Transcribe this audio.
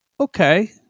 okay